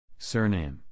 Surname